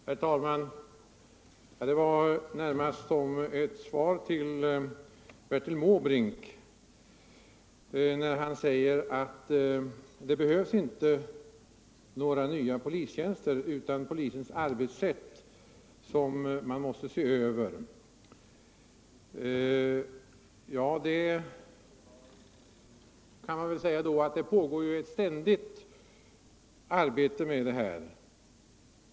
Herr talman! Jag har begärt ordet närmast för att ge ett svar till Bertil Måbrink, som sade att det inte behövs några nya polistjänster utan bara en översyn av polisens arbetssätt. Ja, det pågår ständigt ett sådant arbete.